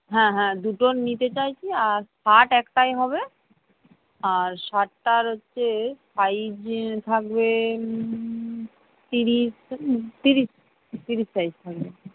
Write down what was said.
হ্যাঁ হ্যাঁ দুটো নিতে চাইছি আর শার্ট একটাই হবে আর শার্টটার হচ্ছে সাইজ থাকবে তিরিশ তিরিশ তিরিশ সাইজ থাকবে